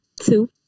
two